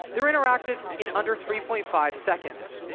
they're interactive in under three point five seconds.